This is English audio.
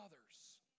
others